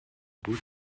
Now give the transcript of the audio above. wyt